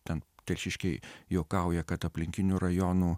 ten telšiškiai juokauja kad aplinkinių rajonų